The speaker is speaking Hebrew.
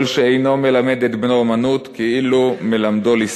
"כל שאינו מלמד את בנו אומנות כאילו מלמדו ליסטות".